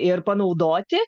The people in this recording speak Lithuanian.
ir panaudoti